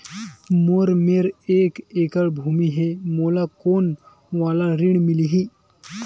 मोर मेर एक एकड़ भुमि हे मोला कोन वाला ऋण मिलही?